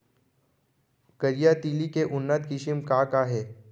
करिया तिलि के उन्नत किसिम का का हे?